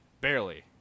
Barely